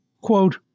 quote